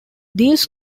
deals